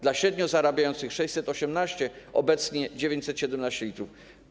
Dla średnio zarabiających - 618 l, obecnie - 917 l.